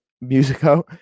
musico